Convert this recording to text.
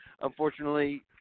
unfortunately